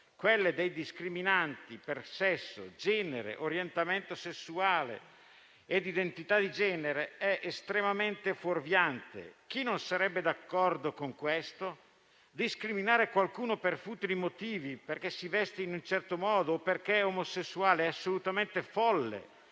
quelle dei discriminati per sesso, genere, orientamento sessuale e identità di genere è estremamente fuorviante. Chi non sarebbe d'accordo con questo? Discriminare qualcuno per futili motivi, perché si veste in un certo modo o è omosessuale, è assolutamente folle